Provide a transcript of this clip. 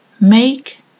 make